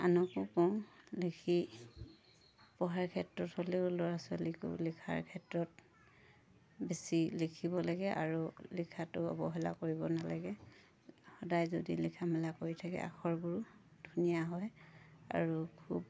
আনকো কওঁ লিখি পঢ়াৰ ক্ষেত্ৰত হ'লেও ল'ৰা ছোৱালীকো লিখাৰ ক্ষেত্ৰত বেছি লিখিব লাগে আৰু লিখাটো অৱহেলা কৰিব নালাগে সদায় যদি লিখা মেলা কৰি থাকে আখবোৰ ধুনীয়া হয় আৰু খুব